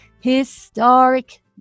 historic